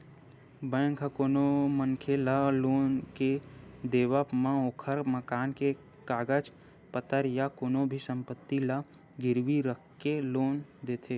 bank ह कोनो मनखे ल लोन के देवब म ओखर मकान के कागज पतर या कोनो भी संपत्ति ल गिरवी रखके लोन देथे